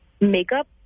Makeup